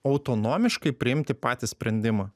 autonomiškai priimti patį sprendimą